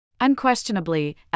Unquestionably